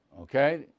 Okay